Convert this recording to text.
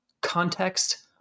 Context